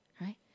right